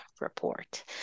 report